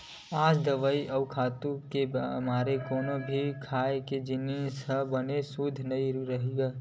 आज दवई अउ खातू के मारे कोनो भी खाए के जिनिस ह बने सुद्ध नइ रहि गे